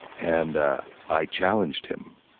and i challenged him.